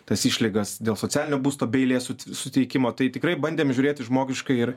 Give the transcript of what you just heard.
tas išlygas dėl socialinio būsto be eilės suteikimo tai tikrai bandėm žiūrėti žmogiškai ir